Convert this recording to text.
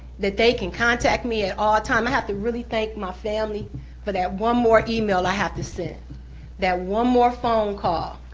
that they can contact me at all time. i have to really thank my family for that one more email i have to send one more phone call.